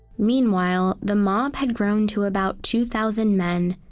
meanwhile, the mob had grown to about two thousand men,